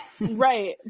right